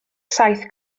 saith